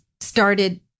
started